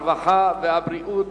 הרווחה והבריאות,